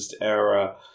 era